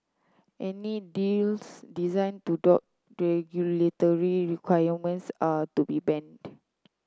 any deals designed to dodge regulatory requirements are to be banned